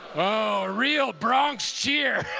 oh, a real bronx cheer!